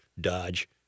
Dodge